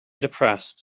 depressed